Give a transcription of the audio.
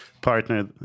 partner